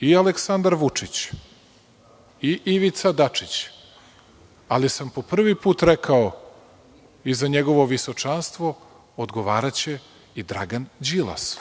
i Aleksandar Vučić i Ivica Dačić, ali sam po prvi put rekao i za njegovo visočanstvo odgovaraće i Dragan Đilas.